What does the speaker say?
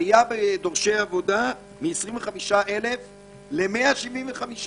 עלייה בדורשי עבודה מ-25,000 ל-175,000